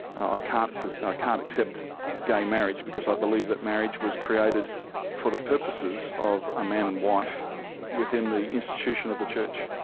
i can't ah can't accept gay marriage because i believe that marriage was created for the purposes of a man and wife within the institution of the church.